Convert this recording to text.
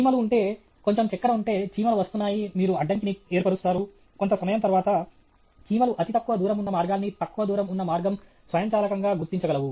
చీమలు ఉంటే కొంచెం చక్కెర ఉంటే చీమలు వస్తున్నాయి మీరు అడ్డంకిని ఏర్పరుస్తారు కొంత సమయం తరువాత చీమలు అతి తక్కువ దూరం ఉన్న మార్గాన్ని తక్కువ దూరం ఉన్న మార్గం స్వయంచాలకంగా గుర్తించగలవు